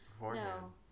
No